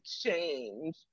change